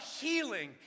healing